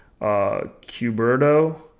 Cuberto